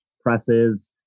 presses